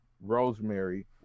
Rosemary